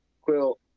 Quill